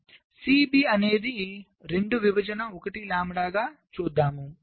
C B అనేది 2 విభజన 1 lambda గా చూద్దాం